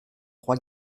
trois